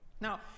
Now